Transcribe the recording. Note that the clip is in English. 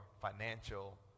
financial